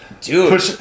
Dude